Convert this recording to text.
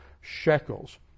shekels